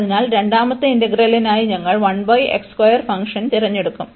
അതിനാൽ രണ്ടാമത്തെ ഇന്റഗ്രലിനായി ഞങ്ങൾ ഫംഗ്ഷൻ തിരഞ്ഞെടുക്കും